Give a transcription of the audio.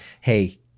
hey